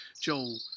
Joel